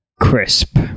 Crisp